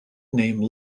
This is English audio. name